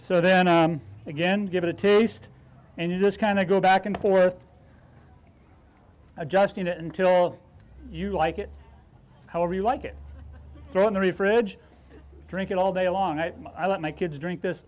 so then again give it a taste and you just kind of go back and forth adjusting it until you like it however you like it throw in the fridge drink it all day long and i let my kids drink this